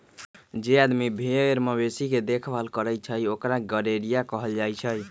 जे आदमी भेर मवेशी के देखभाल करई छई ओकरा गरेड़िया कहल जाई छई